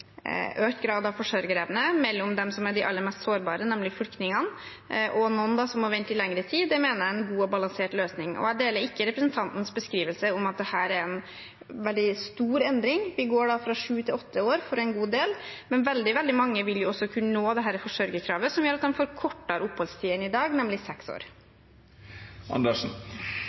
økt grad av forsørgerevne, og dem som er de aller mest sårbare, nemlig flyktningene, og noen som må vente i lengre tid, mener jeg er en god og balansert løsning. Jeg deler ikke representantens beskrivelse av at dette er en veldig stor endring. Vi går fra sju til åtte år for en god del, men veldig mange vil også kunne nå forsørgerkravet, noe som gjør at de får kortere oppholdstid enn i dag, nemlig seks år.